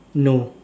no